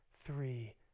three